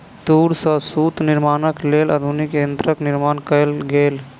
तूर सॅ सूत निर्माणक लेल आधुनिक यंत्रक निर्माण कयल गेल